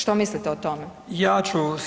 Što mislite o tome?